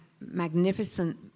magnificent